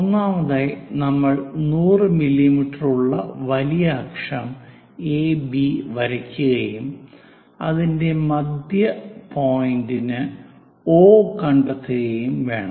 ഒന്നാമതായി നമ്മൾ 100 മില്ലീമീറ്ററുള്ള വലിയ അക്ഷം AB വരയ്ക്കുകയും അതിന്റെ മധ്യ പോയിന്റ് O കണ്ടെത്തുകയും വേണം